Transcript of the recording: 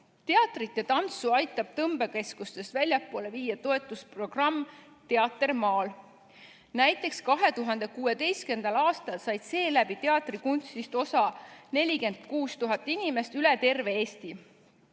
Teatrit ja tantsu aitab tõmbekeskustest väljapoole viia toetusprogramm "Teater maal". Näiteks 2016. aastal sai seeläbi teatrikunstist osa 46 000 inimest üle terve Eesti.